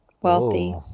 Wealthy